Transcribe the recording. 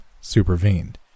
supervened